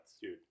Dude